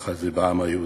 ככה זה בעם היהודי,